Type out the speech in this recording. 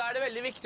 ah never let the